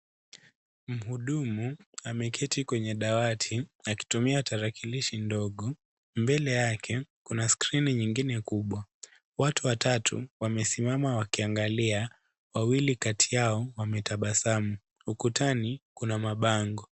Mhudumu ameketi kwenye dawati akitumia tarakilishi ndogo mbele yake kuna skrini nyingine kubwa watu watatu wamesimama wakiangalia wawili kati yao wametabasamu ukutani kuna mabango.